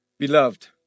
Beloved